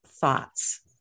thoughts